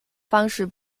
方式